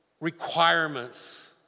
requirements